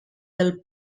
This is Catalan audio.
del